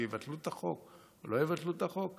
אם יבטלו את החוק או לא יבטלו את החוק?